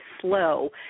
slow